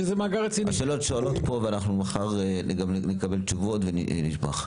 שאלות נשאלות פה ואנחנו מחר גם נקבל תשובות ונשמח.